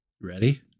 ready